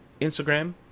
Instagram